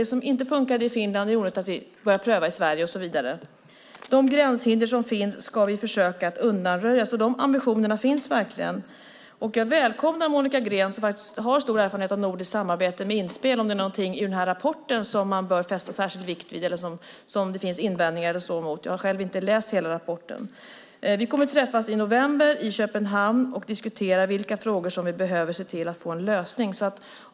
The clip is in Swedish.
Det som inte funkade i Finland är det onödigt att vi börjar pröva i Sverige och så vidare. De gränshinder som finns ska vi försöka undanröja. De ambitionerna finns verkligen. Jag välkomnar Monica Green, som faktiskt har stor erfarenhet av nordiskt samarbete, att komma med inspel om hon tycker att det är något i den här rapporten som man bör fästa särskild vikt vid eller som det till exempel finns invändningar mot. Jag har själv inte läst hela rapporten. Vi kommer att träffas i november i Köpenhamn och diskutera vilka frågor som vi behöver få en lösning på.